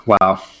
Wow